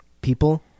people